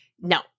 No